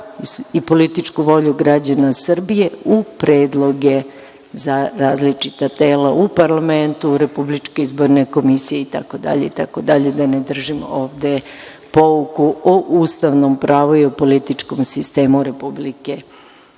i političku volju građana Srbije u predloge za različite tela u parlamentu, RIK itd, itd, da ne držim ovde pouku o ustavnom pravu i o političkom sistemu Republike Srbije.